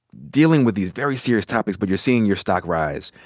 dealing with these very serious topics but you're seeing your stock rise.